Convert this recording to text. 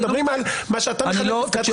מדברים על מה שאתה מכנה פסקת חסינות.